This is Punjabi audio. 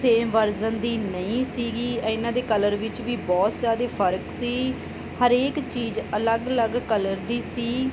ਸੇਮ ਵਰਜ਼ਨ ਦੀ ਨਹੀਂ ਸੀਗੀ ਇਹਨਾਂ ਦੇ ਕਲਰ ਵਿੱਚ ਵੀ ਬਹੁਤ ਜ਼ਿਆਦਾ ਫਰਕ ਸੀ ਹਰੇਕ ਚੀਜ਼ ਅਲੱਗ ਅਲੱਗ ਕਲਰ ਦੀ ਸੀ